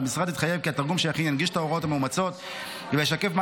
והמשרד התחייב כי התרגום שיכין ינגיש את ההוראות המאומצות וישקף מה